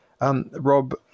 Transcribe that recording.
Rob